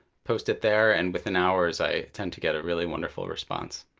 post it there, and within hours i tend to get a really wonderful response.